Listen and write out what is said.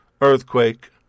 earthquake